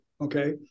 okay